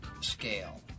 scale